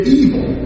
evil